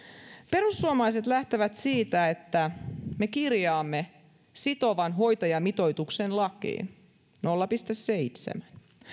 perussuomalaiset lähtevät siitä että me kirjaamme lakiin sitovan hoitajamitoituksen nolla pilkku seitsemän